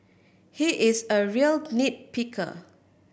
he is a real nit picker